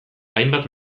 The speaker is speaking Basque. hainbat